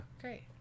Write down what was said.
Great